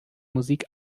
musik